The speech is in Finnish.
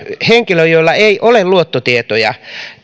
henkilö jolla ei ole luottotietoja